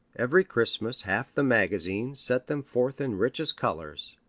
every christmas half the magazines set them forth in richest colors,